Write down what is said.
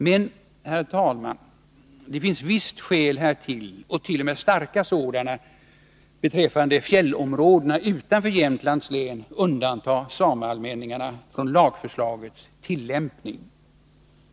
Men, herr talman, det finns visst skäl till undantag och t.o.m. starka sådana att beträffande fjällområdena utanför Jämtlands län undanta sameallmänningarna från lagförslagets tillämpning.